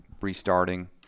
restarting